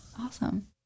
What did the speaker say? Awesome